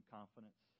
confidence